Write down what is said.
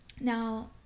now